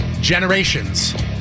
Generations